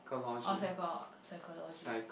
oh psycho~ psychology